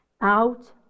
out